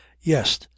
Yes